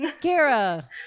Gara